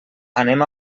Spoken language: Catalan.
anem